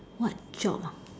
what job ah